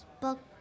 book